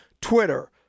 Twitter